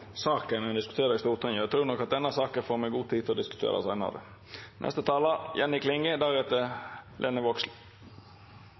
saka ein diskuterer i Stortinget. Denne saka trur eg nok at me får god tid til å diskutera seinare.